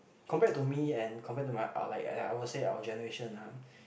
compared to me and compared to my ah like ya I'll say our generation ah